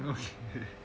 okay